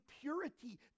purity